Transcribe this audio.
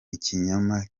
ikinyoma